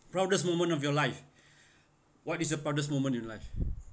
proudest moment of your life what is your proudest moment in your life